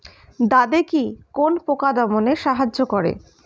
দাদেকি কোন পোকা দমনে সাহায্য করে?